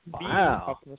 Wow